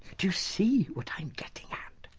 you see what i'm getting at?